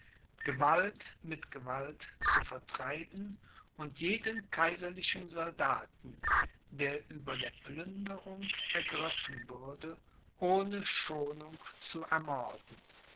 gewalt mit gewalt zu vertreiben und jeden kaiserlichen soldaten der über der plünderung ergriffen würde ohne schonung zu ermorden